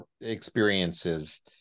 experiences